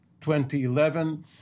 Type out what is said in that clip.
2011